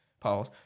pause